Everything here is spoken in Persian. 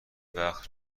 وقتم